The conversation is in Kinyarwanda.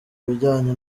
bijyanye